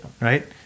right